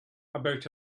about